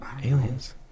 Aliens